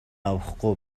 авахгүй